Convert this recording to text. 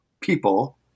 people